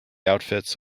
outfits